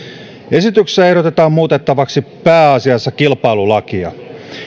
esityksessä ehdotetaan muutettavaksi pääasiassa kilpailulakia